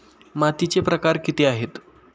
मातीचे प्रकार किती आहेत?